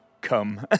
Come